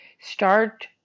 start